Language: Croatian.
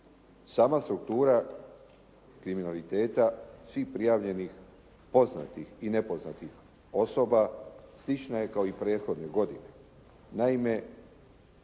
Sama struktura kriminaliteta svih prijavljenih, poznatih i nepoznatih osoba, slična je kao i prethodnih godina.